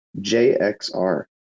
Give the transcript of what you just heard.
JXR